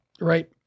right